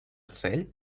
цель